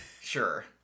Sure